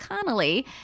Connolly